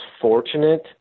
fortunate